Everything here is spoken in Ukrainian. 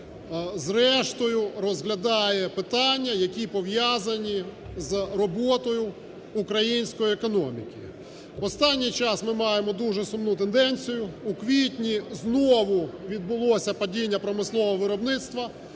зрештою розглядає питання, які пов'язані з роботою української економіки. Останній час ми маємо уже сумну тенденцію, у квітні знову відбулося падіння промислового виробництва